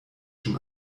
schon